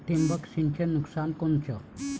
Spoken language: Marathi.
ठिबक सिंचनचं नुकसान कोनचं?